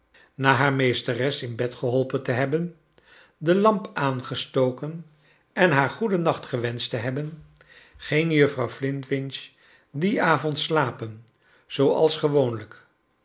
na haar meesteres in bed geholpen de lamp aangestoken en haar goeden nacht gewenscht te hebben ging juffrouw flintwinch dien avond slapen zooals gewoonlijk